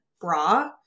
bra